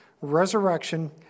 resurrection